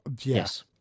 Yes